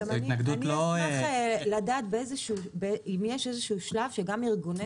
אשמח לדעת האם יש איזשהו שלב שגם ארגוני